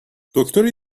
دکتری